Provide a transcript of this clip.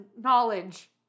knowledge